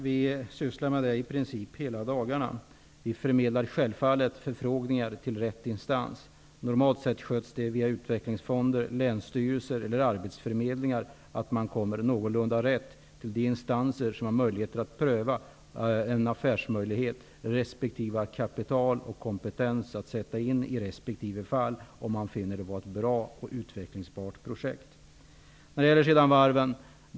Fru talman! Det är vad vi i princip sysslar med hela dagarna. Självfallet förmedlar vi alltså förfrågningar till rätt instans. Normalt sköts detta via utvecklingsfonder, länsstyrelser eller arbetsförmedlingar, som ser till att man kommer någorlunda rätt när det gäller de instanser som har möjligheter att pröva en affärsmöjlighet och som har kapital och kompetens för resp. fall, om det anses vara ett bra och utvecklingsbart projekt. Sedan något om varven.